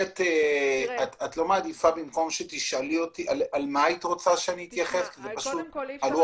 אני מכיר את מנשה שנים, הוא מנהל